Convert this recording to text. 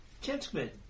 gentlemen